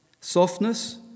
softness